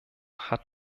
hat